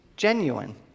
Genuine